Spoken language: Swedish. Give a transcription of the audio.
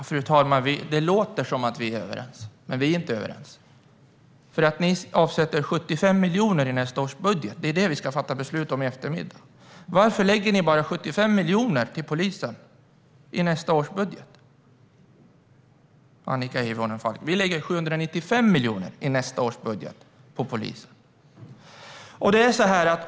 Fru talman! Det låter som att vi är överens, men vi är inte överens. Ni avsätter 75 miljoner i nästa års budget. Det är det vi ska fatta beslut om i eftermiddag. Varför lägger ni bara 75 miljoner på polisen i nästa års budget, Annika Hirvonen Falk? Vi lägger 795 miljoner på polisen i nästa års budget.